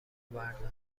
بردار